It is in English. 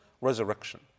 resurrection